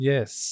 Yes